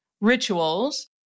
rituals